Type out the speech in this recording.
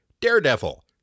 Daredevil